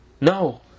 No